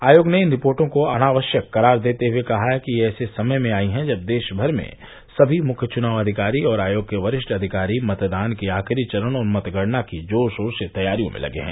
आयोग ने इन रिपोर्टों को अनावश्यक करार देते हुए कहा है कि ये ऐसे समय आई हैं जब देशभर में सभी मुख्य चुनाव अधिकारी और आयोग के वरिष्ठ अधिकारी मतदान के आखिरी चरण और मतगणना की जोर शोर से तैयारियों में लगे हैं